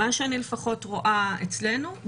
מה שאני לפחות רואה אצלנו,